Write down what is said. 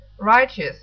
righteous